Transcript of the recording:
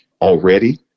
already